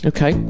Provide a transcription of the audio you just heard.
Okay